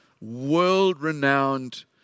world-renowned